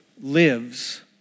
lives